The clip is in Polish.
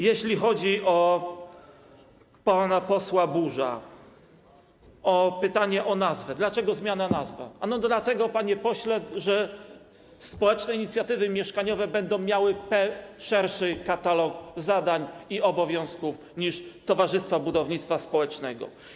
Jeśli chodzi o pytanie pana posła Buża o nazwę, dlaczego jest zmiana nazwy - ano dlatego, panie pośle, że społeczne inicjatywy mieszkaniowe będą miały szerszy katalog zadań i obowiązków niż towarzystwa budownictwa społecznego.